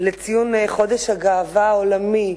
לציון חודש הגאווה העולמי,